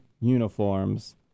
uniforms